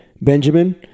Benjamin